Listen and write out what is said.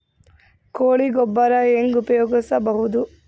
ಕೊಳಿ ಗೊಬ್ಬರ ಹೆಂಗ್ ಉಪಯೋಗಸಬಹುದು?